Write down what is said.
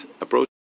approach